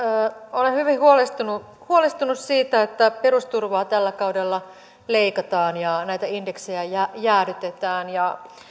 olen hyvin huolestunut huolestunut siitä että perusturvaa tällä kaudella leikataan ja näitä indeksejä jäädytetään